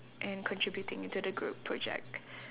and contributing into the group project